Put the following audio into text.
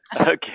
Okay